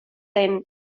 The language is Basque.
zen